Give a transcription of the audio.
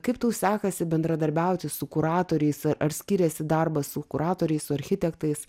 kaip tau sekasi bendradarbiauti su kuratoriais ar skiriasi darbas su kuratoriais su architektais